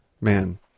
man